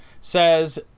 says